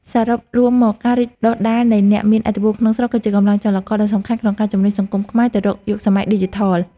សរុបរួមមកការរីកដុះដាលនៃអ្នកមានឥទ្ធិពលក្នុងស្រុកគឺជាកម្លាំងចលករដ៏សំខាន់ក្នុងការជំរុញសង្គមខ្មែរទៅរកយុគសម័យឌីជីថល។